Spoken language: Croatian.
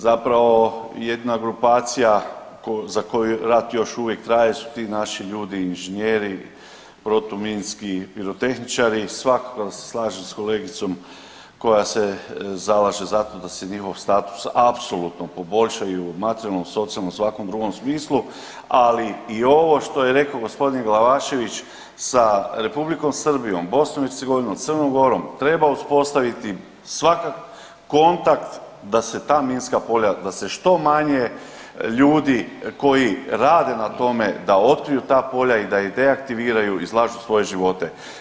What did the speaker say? Zapravo jedna grupacija za koju rat još uvijek traje su ti naši ljudi inženjeri, protuminski pirotehničari, svakako se slažem s kolegicom koja se zalaže za to da se njihov status apsolutno poboljša i u materijalno, socijalnom, svakom drugom smislu, ali i ovo što je rekao gospodin Glavašević sa Republikom Srbijom, BiH, Crnom Gorom treba uspostaviti svaki kontakt da se ta minska polja, da se što manje ljudi koji rade na tome da otkriju ta polja i da ih deaktiviraju, izlažu svoje živote.